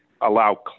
allow